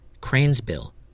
cranesbill